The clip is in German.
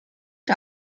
der